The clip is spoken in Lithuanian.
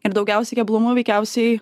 ir daugiausiai keblumų veikiausiai